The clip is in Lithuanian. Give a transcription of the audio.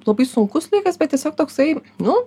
labai sunkus laikas bet tiesiog toksai nu